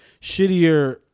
shittier